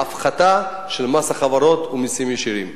ההפחתה של מס החברות ומסים ישירים.